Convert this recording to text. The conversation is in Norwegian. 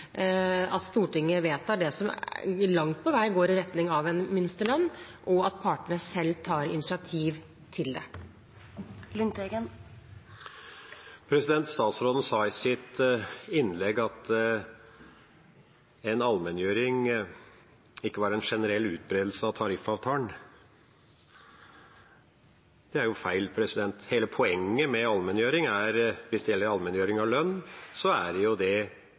at Stortinget vedtar det som langt på vei går i retning av en minstelønn, enn at partene selv tar initiativ til det. Statsråden sa i sitt innlegg at en allmenngjøring ikke var en generell utbredelse av tariffavtalen. Det er jo feil. Hele poenget med allmenngjøring er – hvis det gjelder allmenngjøring av lønn – at det er gjeldende for alle i det